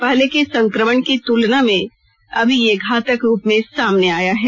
पहले के संक्रमण की तुलना में अभी यह घातक रूप में सामने आया है